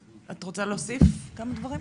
את רוצה להוסיף כמה דברים?